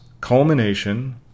Culmination